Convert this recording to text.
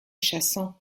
chassant